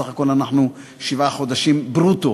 בסך הכול אנחנו שבעה חודשים ברוטו